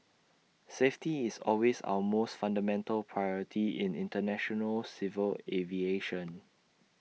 safety is always our most fundamental priority in International civil aviation